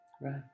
Right